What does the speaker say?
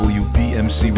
wbmc